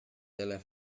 dalla